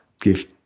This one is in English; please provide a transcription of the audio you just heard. give